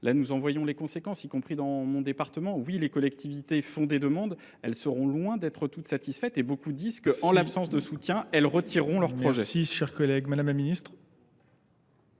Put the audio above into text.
Là, nous envoyons les conséquences, y compris dans mon département. Oui, les collectivités font des demandes, elles seront loin d'être toutes satisfaites et beaucoup disent qu'en l'absence de soutien, elles retireront leurs projets. Merci Merci cher collègue. Madame la Ministre.